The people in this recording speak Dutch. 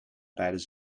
rijden